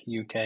UK